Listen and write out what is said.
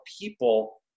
people